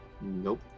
Nope